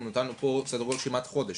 אנחנו נתנו פה סדר גודל של כמעט חודש,